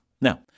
Now